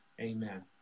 Amen